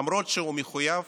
למרות שהוא מחויב